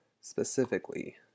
specifically